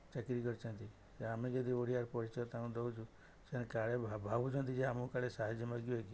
ଚାକିରି କରିଛନ୍ତି ଆମେ ଯଦି ଓଡ଼ିଆର ପରିଚୟ ତାଙ୍କୁ ଦେଉଛୁ ସେମାନେ କାଳେ ଭାବୁଛନ୍ତି କି ଆମକୁ କାଳେ ସାହାଯ୍ୟ ମାଗିବେ କି